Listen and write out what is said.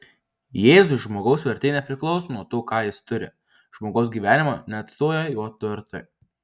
jėzui žmogaus vertė nepriklauso nuo to ką jis turi žmogaus gyvenimą neatstoja jo turtai